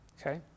Okay